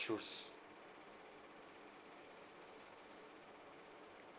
choose